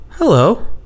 Hello